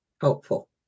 helpful